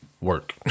Work